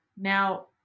Now